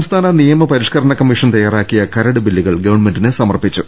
സംസ്ഥാന നിയമ പരിഷ്കരണ കമ്മീഷൻ തയ്യാറാക്കിയ കരട് ബില്ലുകൾ ഗവൺമെന്റിന് സമർപ്പിച്ചു